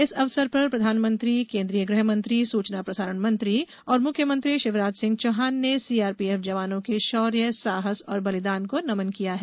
इस अवसर पर प्रधानमंत्री केन्द्रीय गृहमंत्री सूचना प्रसारण मंत्री और मुख्यमंत्री शिवराज सिंह चौहान ने सीआरपीएफ जवानो के शौर्य साहस और बलिदान को नमन किया है